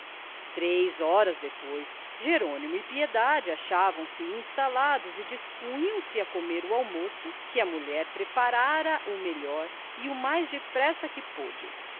três horas depois jerônimo e piedade achavam-se instalados e dispunham se a comer o almoço que a mulher preparara o melhor e o mais depressa que pôde